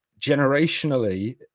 generationally